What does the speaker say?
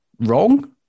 wrong